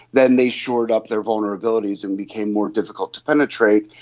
then they shored up their vulnerabilities and became more difficult to penetrate.